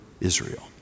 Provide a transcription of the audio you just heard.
Israel